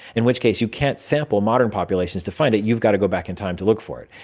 in which case you can't sample modern populations to find it, you've got to go back in time to look for it.